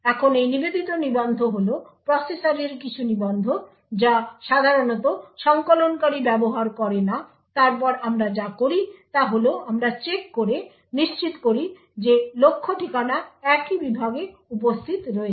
এখন এই নিবেদিত নিবন্ধ হল প্রসেসরের কিছু নিবন্ধ যা সাধারণত সঙ্কলনকারী ব্যবহার করে না তারপর আমরা যা করি তা হল আমরা চেক করে নিশ্চিত করি যে লক্ষ্য ঠিকানা একই বিভাগে উপস্থিত রয়েছে